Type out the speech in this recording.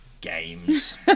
games